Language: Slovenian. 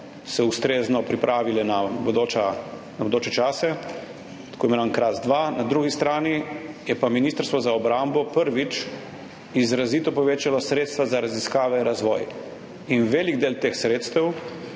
ustrezno pripravile na bodoče čase, tako imenovani Kras dve. Na drugi strani je pa Ministrstvo za obrambo prvič izrazito povečalo sredstva za raziskave in razvoj in velik del teh povečanih